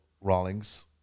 Rawlings